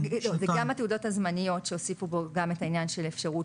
זה גם התעודות הזמניות כשהוסיפו כאן את העניין של אפשרות